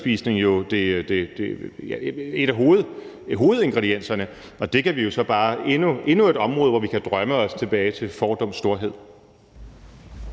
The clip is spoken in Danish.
østersspisning jo en af hovedingredienserne, så det er bare endnu et område, hvor vi kan drømme os tilbage til fordums storhed.